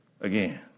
again